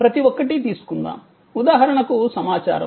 ప్రతి ఒక్కటి తీసుకుందాం ఉదాహరణకు సమాచారం